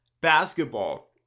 basketball